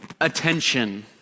attention